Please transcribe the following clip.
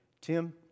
Tim